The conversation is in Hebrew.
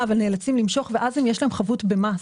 אבל הם נאלצים למשוך ואז יש להם חבות במס.